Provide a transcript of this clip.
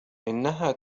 إنها